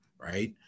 right